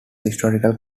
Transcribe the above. historical